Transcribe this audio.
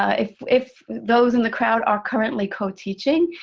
if if those in the crowd are currently co-teaching,